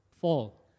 fall